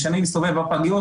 כשאני מסתובב בפגיות.